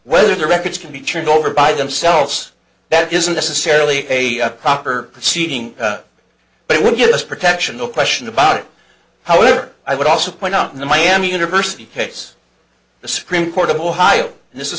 whether the records can be turned over by themselves that isn't necessarily a proper proceeding but it would give us protection no question about it however i would also point out in the miami university case the supreme court of ohio and this